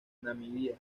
namibia